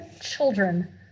children